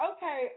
Okay